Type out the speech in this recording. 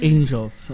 Angels